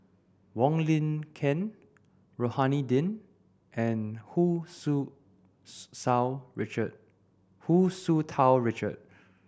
Wong Lin Ken Rohani Din and Hu Tsu Richard Hu Tsu Tau Richard